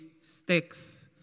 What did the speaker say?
sticks